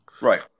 Right